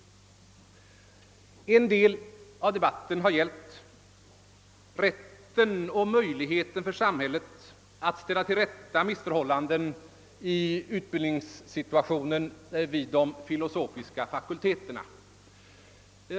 En del avsnitt i denna debatt har gällt rätten och möjligheten för samhället att ställa till rätta missförhållanden i utbildningssituationen vid de filosofiska fakulteterna.